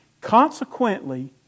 Consequently